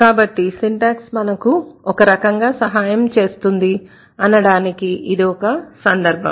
కాబట్టి సింటాక్స్ మనకు ఒక రకంగా సహాయం చేస్తుంది అనడానికి ఇది ఒక సందర్భం